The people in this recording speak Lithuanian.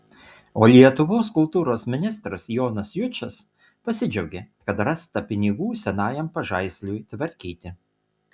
o lietuvos kultūros ministras jonas jučas pasidžiaugė kad rasta pinigų senajam pažaisliui tvarkyti